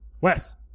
Wes